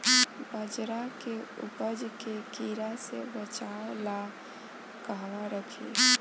बाजरा के उपज के कीड़ा से बचाव ला कहवा रखीं?